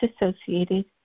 associated